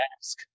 ask